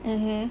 mmhmm